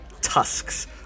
tusks